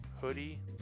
Hoodie